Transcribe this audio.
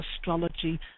astrology